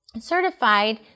certified